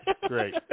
Great